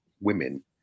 women